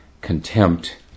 contempt